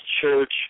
Church